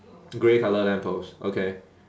grey colour lamp post okay